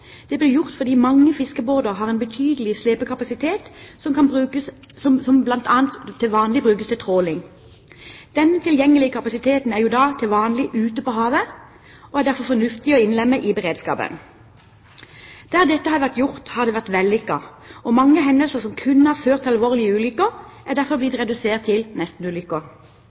Det ble gjort fordi mange fiskebåter har en betydelig slepekapasitet som bl.a. brukes til tråling. Denne tilgjengelige kapasiteten er jo da til vanlig ute på havet og er derfor fornuftig å innlemme i beredskapen. Der dette har vært gjort, har det vært vellykket, og mange hendelser som kunne ha ført til alvorlige ulykker, er derfor blitt redusert til